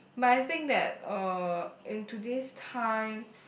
but I think that uh in today's time